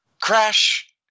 Crash